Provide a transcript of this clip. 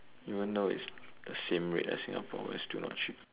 even though it's the same rate as Singapore it's still not cheap